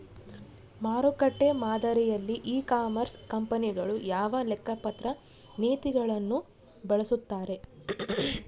ಮಾರುಕಟ್ಟೆ ಮಾದರಿಯಲ್ಲಿ e commerce ಕಂಪನಿಗಳು ಯಾವ ಲೆಕ್ಕಪತ್ರ ನೇತಿಗಳನ್ನು ಬಳಸುತ್ತಾರೆ?